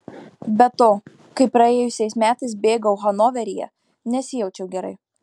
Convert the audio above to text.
be to kai praėjusiais metais bėgau hanoveryje nesijaučiau gerai